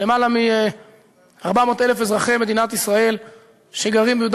למעלה מ-400,000 אזרחי מדינת ישראל שגרים ביהודה